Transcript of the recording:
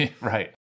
right